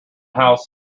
house